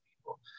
people